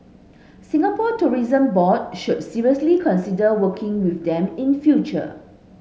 Singapore Tourism Board should seriously consider working with them in future